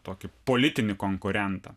tokį politinį konkurentą